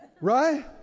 right